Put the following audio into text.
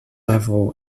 level